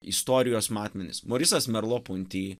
istorijos matmenis morisas merlopunti